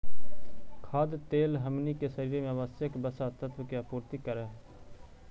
खाद्य तेल हमनी के शरीर में आवश्यक वसा तत्व के आपूर्ति करऽ हइ